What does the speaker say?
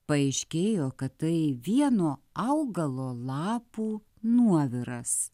paaiškėjo kad tai vieno augalo lapų nuoviras